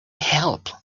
help